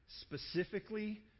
specifically